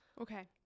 okay